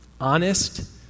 Honest